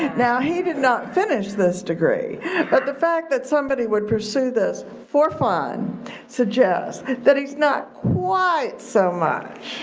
now, he did not finish this degree but the fact that somebody would pursue this for fun suggests that he's not quite so much.